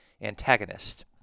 antagonist